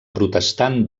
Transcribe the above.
protestant